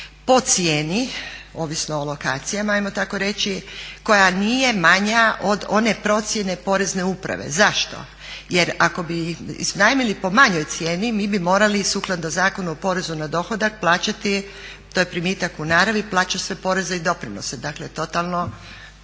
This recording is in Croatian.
po cijeni, ovisno o lokacijama ajmo tako reći, koja nije manja od one procjene Porezne uprave. Zašto? Jer ako bi iznajmili po manjoj cijeni mi bi morali sukladno Zakonu o porezu na dohodak plaćati, to je primitak u naravi, plaća se poreze i doprinose. Dakle, totalno